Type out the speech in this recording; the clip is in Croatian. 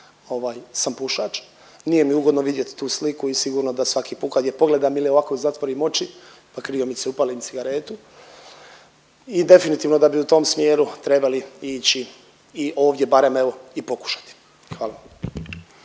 sam pušač, nije mi ugodno vidjeti tu sliku i sigurno da svaki put kad je pogledam ili ovako zatvorim oči pa kriomice upalim cigaretu i definitivno da bi u tom smjeru trebali ići i ovdje barem evo i pokušati. Hvala.